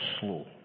slow